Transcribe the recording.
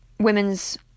Women's